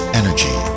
energy